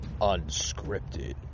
unscripted